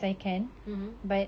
mmhmm